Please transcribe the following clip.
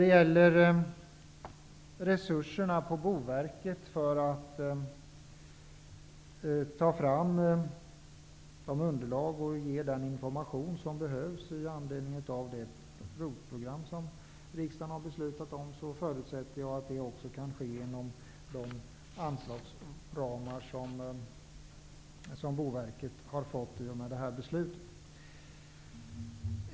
Jag förutsätter att Boverkets resurser för att ta fram de underlag och ge den information som behövs med anledning av det ROT-program som riksdagen har fattat beslut om kan tas från de anslag som Boverket har fått i och med detta beslut.